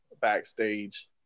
backstage